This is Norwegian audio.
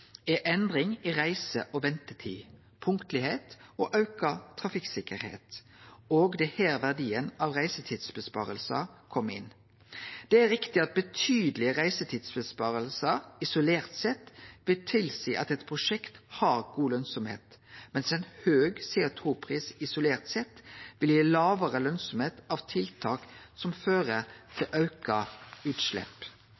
er endring i reise- og ventetid, punktlegskap og auka trafikktryggleik. Og det er her verdien av reisetidsinnsparingar kjem inn. Det er riktig at betydelege reisetidsinnsparingar isolert sett vil tilseie at eit prosjekt har god lønsemd, mens ein høg CO 2 -pris isolert sett vil gi lågare lønsemd av tiltak som fører